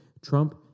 Trump